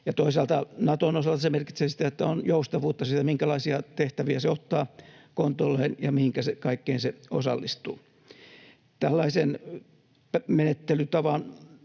Toisaalta Naton osalta se merkitsee sitä, että on joustavuutta siinä, minkälaisia tehtäviä se ottaa kontolleen ja mihinkä kaikkeen se osallistuu. Tällaisen menettelytavan